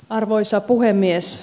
arvoisa puhemies